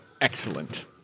Excellent